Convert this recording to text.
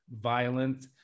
violent